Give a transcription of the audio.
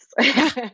yes